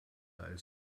als